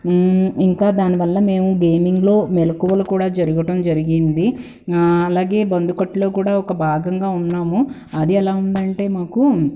ఇంకా దాని వల్ల మేము గేమింగ్లో మెళుకువలు కూడా జరగటం జరిగింది అలాగే బందు కట్లో కూడా ఒక భాగంగా ఉన్నాము అది ఎలా ఉందంటే మాకు